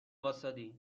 واستادی